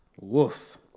Woof